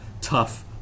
tough